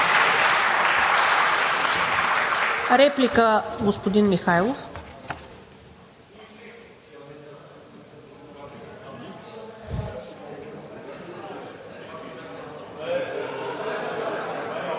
Реплика – господин Михайлов.